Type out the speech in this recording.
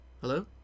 Hello